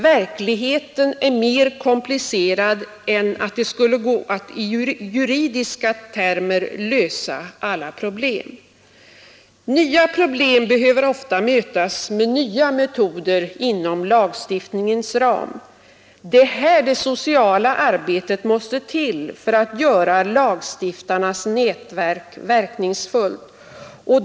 Verkligheten är mer komplicerad än att det skulle gå att i juridiska termer lösa alla problem. Nya problem behöver ofta mötas med nya metoder inom lagstiftningens ram. Det är här det sociala arbetet måste till för att göra lagstiftarnas nätverk verkningsfullt.